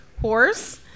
horse